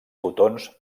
fotons